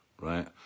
right